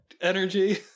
energy